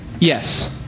Yes